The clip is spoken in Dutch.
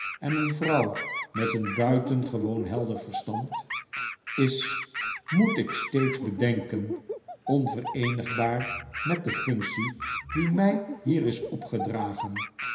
en een vrouw met een buitengewoon helder verstand is moet ik steeds bedenken onvereenigbaar met de functie die mij hier is opgedragen